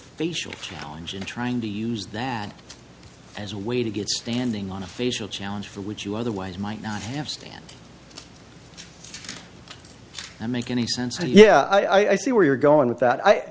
facial challenge in trying to use that as a way to get standing on a facial challenge for which you otherwise might not have stand and make any sense so yeah i see where you're going with that i